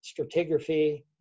stratigraphy